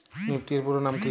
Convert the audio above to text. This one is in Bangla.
নিফটি এর পুরোনাম কী?